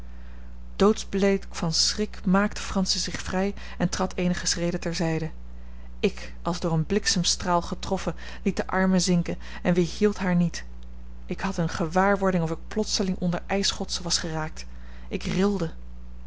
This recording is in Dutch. doodsbleek van schrik maakte francis zich vrij en trad eenige schreden ter zijde ik als door een bliksemstraal getroffen liet de armen zinken en weerhield haar niet ik had eene gewaarwording of ik plotseling onder ijsschotsen was geraakt ik rilde